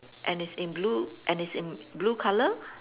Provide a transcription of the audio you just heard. and it's in blue and it's in blue color